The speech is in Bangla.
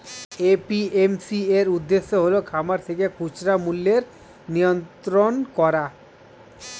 এ.পি.এম.সি এর উদ্দেশ্য হল খামার থেকে খুচরা মূল্যের নিয়ন্ত্রণ করা